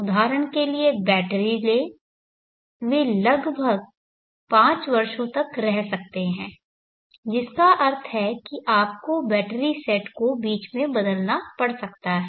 उदाहरण के लिए बैटरी लें वे लगभग 5 वर्षों तक रह सकते हैं जिसका अर्थ है कि आपको बैटरी सेट को बीच में बदलना पड़ सकता है